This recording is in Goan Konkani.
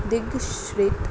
दिग श्रीत